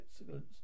excellence